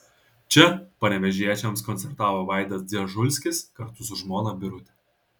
čia panevėžiečiams koncertavo vaidas dzežulskis kartu su žmona birute